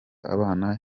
abana